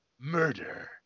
murder